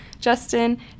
Justin